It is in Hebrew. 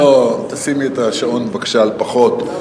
אני לא, תשימי את השעון, בבקשה, על פחות.